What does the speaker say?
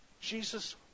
Jesus